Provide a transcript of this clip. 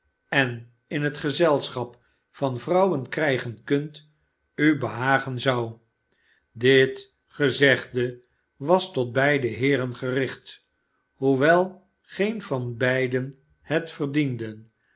en in het gezelschap van vrouwen knjgen kunt u behagen zou dit gezegde was tot beide heeren gericht hoewel geen van beiden het verdienden